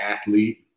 athlete